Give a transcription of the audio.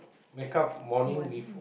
wake up morning with who